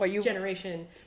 generation